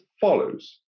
follows